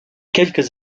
quelques